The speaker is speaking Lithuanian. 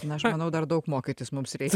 na aš manau dar daug mokytis mums reik